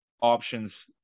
options